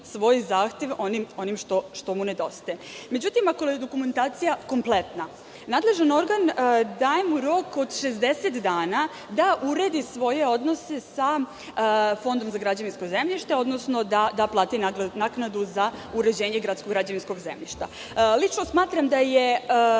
svoj zahtev onim što mu nedostaje. Međutim, ako je dokumentacija kompletna, nadležni organ mu daje rok od 60 dana da uredi svoje odnose sa Fondom za građevinsko zemljište, odnosno da plati naknadu za uređenje gradskog građevinskog zemljišta. Lično smatram da je